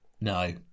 No